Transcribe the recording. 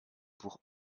pour